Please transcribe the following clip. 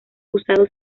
usado